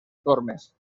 tormes